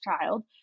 child